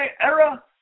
era